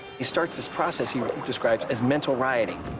he starts this process he describes as mental rioting,